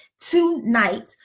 tonight